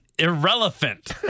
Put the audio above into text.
Irrelevant